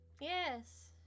Yes